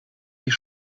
sich